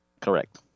Correct